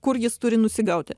kur jis turi nusigauti